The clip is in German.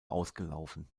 ausgelaufen